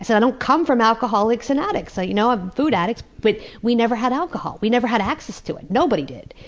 so i don't come from alcoholics and addicts. so you know a food addict, but we never had alcohol. we never had access to it, nobody did.